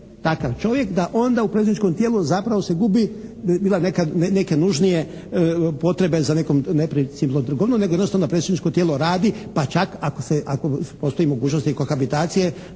takav čovjek da onda u predstavničkom tijelu zapravo se gubi, bile neke nužnije potrebe za nekom neprincipijelnom trgovinom nego jednostavno da predstavničko tijelo radi pa čak ako postoji mogućnost kohabitacije